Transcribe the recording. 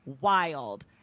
wild